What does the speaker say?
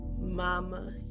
mama